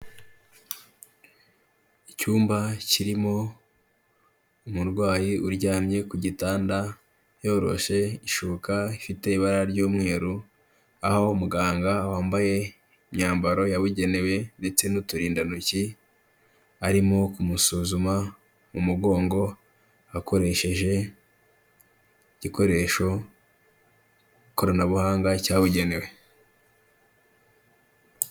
Icyumba kirimo umurwayi uryamye ku gitanda, yoroshe ishoka ifite ibara ry'umweru, aho umuganga wambaye imyambaro yabugenewe ndetse n'uturindantoki, arimo kumusuzuma mu mugongo, akoresheje igikoresho koranabuhanga cyabugenewe.